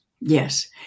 yes